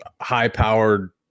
high-powered